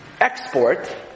export